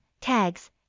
Tags